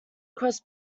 cross